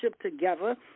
together